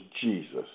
Jesus